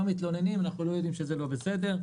מתלוננים אנחנו לא יודעים שזה לא בסדר.